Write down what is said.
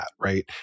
right